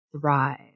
Thrive